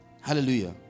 Hallelujah